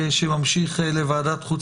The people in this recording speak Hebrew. שחוזר לוועדת חוץ